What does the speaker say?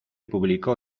publicó